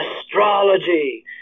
astrology